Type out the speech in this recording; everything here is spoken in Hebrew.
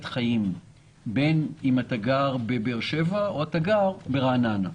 חיים בין אם אתה גר בבאר שבע ובין אם אתה גר ברעננה.